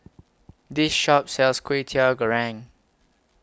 This Shop sells Kway Teow Goreng